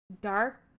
dark